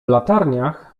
latarniach